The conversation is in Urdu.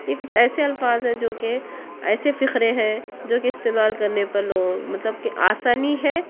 یہ کچھ ایسے الفاظ ہیں جو کہ ایسے فقرے ہیں جو کہ استعمال کرنے پر لوگ مطلب کہ آسانی ہے